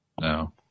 No